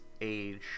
age